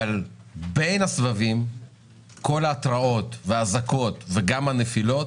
אבל בין הסבבים כל ההתרעות והאזעקות וגם הנפילות